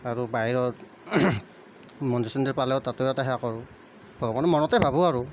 আৰু বাহিৰত মন্দিৰ চন্দিৰ পালে তাতো এটা সেৱা কৰো ভগৱানক মনতে ভাবোঁ আৰু